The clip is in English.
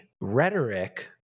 rhetoric